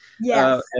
Yes